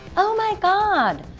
oh my god!